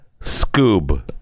Scoob